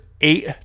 eight